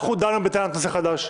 אנחנו דנו בטענת נושא חדש.